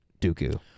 Dooku